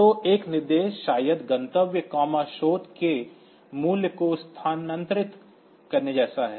तो एक निर्देश शायद गंतव्य कॉमा स्रोत के मूल्य को स्थानांतरित करने जैसा है